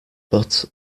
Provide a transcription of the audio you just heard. but